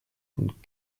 und